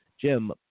Jim